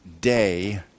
day